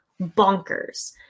bonkers